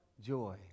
joy